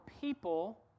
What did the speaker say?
people